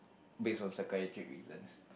based on psychiatric reasons